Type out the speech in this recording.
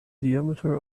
diameter